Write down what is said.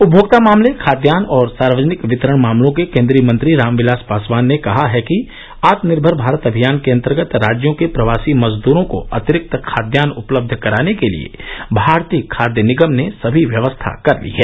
उपभोक्ता मामले खाद्यान और सार्वजनिक वितरण मामलों के केन्द्रीय मंत्री रामविलास पासवान ने कहा है कि आत्मनिर्मर भारत अभियान के अंतर्गत राज्यों के प्रवासी मजद्रों को अतिरिक्त खाद्यान उपलब्ध कराने के लिए भारतीय खाद्य निगम ने सभी व्यवस्था कर ली है